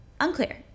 unclear